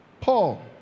Paul